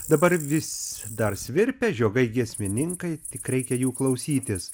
dabar vis dar svirpia žiogai giesmininkai tik reikia jų klausytis